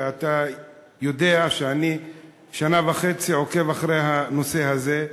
ואתה יודע שאני שנה וחצי עוקב אחרי הנושא הזה,